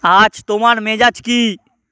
আজ তোমার মেজাজ কী